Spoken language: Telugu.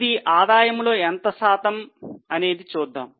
ఇది ఆదాయంలో ఎంత శాతం చూద్దాం